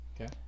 Okay